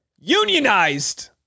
unionized